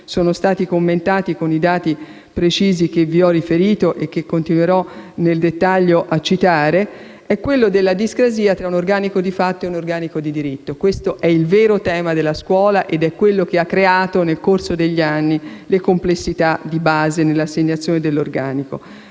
sono stati commentati con i dati precisi che vi ho riferito e che continuerò nel dettaglio a citare), è quello della discrasia tra un organico di fatto e uno di diritto. Questo è il vero tema della scuola ed è quello che nel corso degli anni ha creato le complessità di base nell'assegnazione dell'organico.